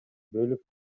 бөлүп